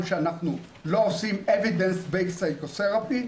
שאנחנו לא עושים evidence based psychotherapy,